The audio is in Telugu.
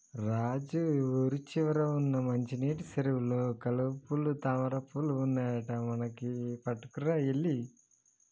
రాజు ఊరి చివర వున్న మంచినీటి సెరువులో కలువపూలు తామరపువులు ఉన్నాయట మనకి పట్టుకురా ఎల్లి